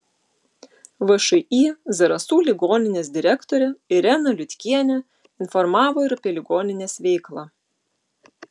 všį zarasų ligoninės direktorė irena liutkienė informavo ir apie ligoninės veiklą